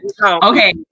Okay